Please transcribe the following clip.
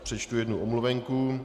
Přečtu jednu omluvenku.